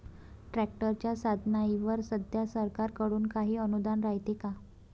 ट्रॅक्टरच्या साधनाईवर सध्या सरकार कडून काही अनुदान रायते का?